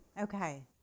Okay